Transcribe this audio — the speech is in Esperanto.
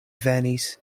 venis